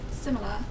similar